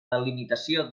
delimitació